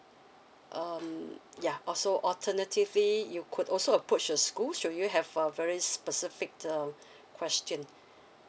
um ya also alternatively you could also approach the school so you have a very specific um question